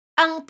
ang